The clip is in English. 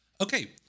Okay